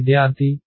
విద్యార్థి 0